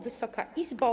Wysoka Izbo!